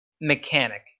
mechanic